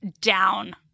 down